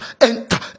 enter